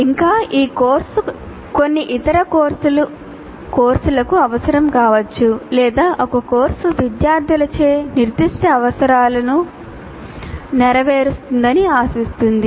ఇంకా ఈ కోర్సు కొన్ని ఇతర కోర్సులకు అవసరం కావచ్చు లేదా ఒక కోర్సు విద్యార్థులచే నిర్దిష్ట అవసరాలను నెరవేరుస్తుందని ఆశిస్తుంది